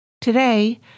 Today